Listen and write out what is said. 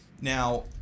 Now